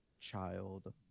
Child